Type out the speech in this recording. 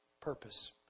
Purpose